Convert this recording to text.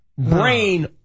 Brain